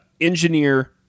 engineer